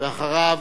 ואחריו,